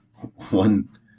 one